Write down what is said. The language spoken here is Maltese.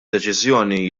deċiżjoni